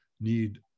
need